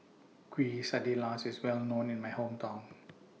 Quesadillas IS Well known in My Hometown